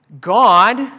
God